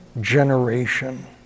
generation